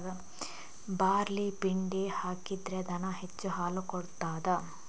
Barley ಪಿಂಡಿ ಹಾಕಿದ್ರೆ ದನ ಹೆಚ್ಚು ಹಾಲು ಕೊಡ್ತಾದ?